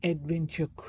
Adventure